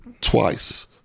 twice